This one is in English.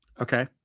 Okay